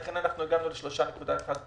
לכן הגענו ל-3.1 מיליארד שקלים.